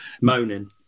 moaning